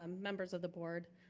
um members of the board.